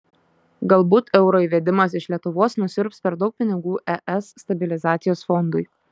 galbūt euro įvedimas iš lietuvos nusiurbs per daug pinigų es stabilizacijos fondui